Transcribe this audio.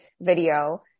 video